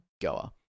goer